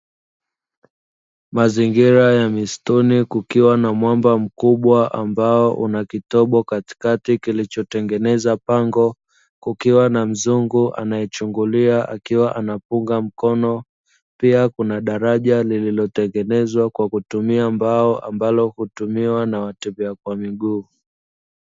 Mazingira ya misituni kukiwa na mwamba mkubwa, ambao una kitobo katikati kilichotengeneza pango, kukiwa na mzungu anayechungulia akiwa anapunga mkono, pia kuna daraja lililotengenezwa kwa kutumia mbao, ambalo hutumiwa na watembea kwa miguu.